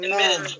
Amen